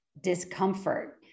discomfort